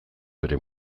bere